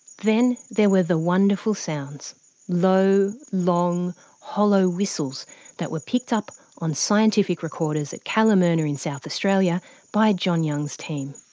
then, there were the wonderful sounds low, long hollow whistles that were picked up on scientific recorders at kalamurina in south australia by john young's team.